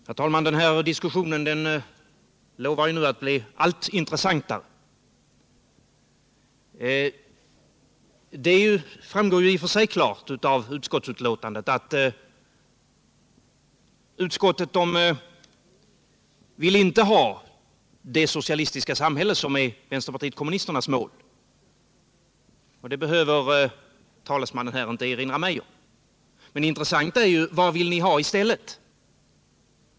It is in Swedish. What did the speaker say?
Herr talman! Den här diskussionen lovar nu att bli allt intressantare. Det framgår i och för sig klart av utskottsbetänkandet att utskottet inte vill ha det socialistiska samhälle som är vänsterpartiet kommunisternas mål. Det behöver talesmannen här inte erinra mig om. Men det intressanta är vad ni vill ha i stället.